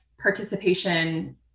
participation